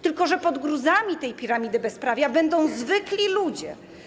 Tylko że pod gruzami tej piramidy bezprawia będą zwykli ludzie.